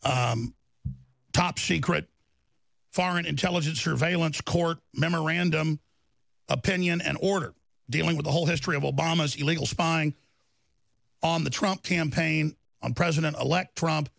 top secret foreign intelligence surveillance court memorandum opinion and order dealing with the whole history of obama's illegal spying on the trump campaign on president elect trump